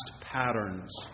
patterns